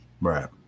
right